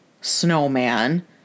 snowman